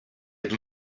had